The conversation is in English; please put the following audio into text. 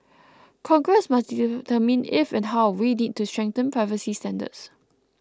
Congress must determine if and how we need to strengthen privacy standards